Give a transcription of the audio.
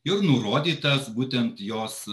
ir nurodytas būtent jos